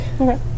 Okay